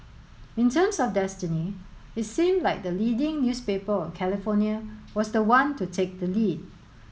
in terms of destiny it seemed like the leading newspaper of California was the one to take the lead